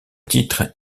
titre